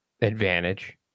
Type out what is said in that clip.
advantage